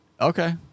Okay